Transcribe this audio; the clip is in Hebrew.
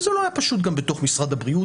זה לא היה פשוט גם בתוך משרד הבריאות